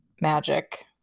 magic